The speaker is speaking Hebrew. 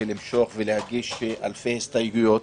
ולמשוך את הזמן ולהגיש אלפי הסתייגויות